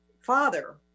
father